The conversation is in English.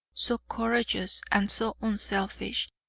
so courageous, and so unselfish,